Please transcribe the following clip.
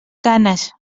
canes